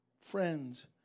friends